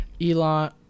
Elon